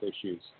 issues